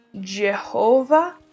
Jehovah